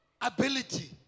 ability